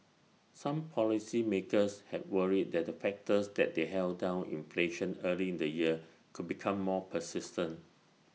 some policymakers had worried that the factors that they held down inflation early in the year could become more persistent